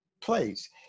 plays